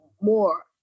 more